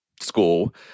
school